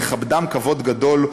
נכבדם כבוד גדול,